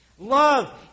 Love